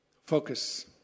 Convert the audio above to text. focus